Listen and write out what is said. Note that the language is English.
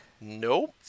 Nope